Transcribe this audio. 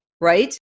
right